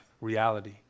reality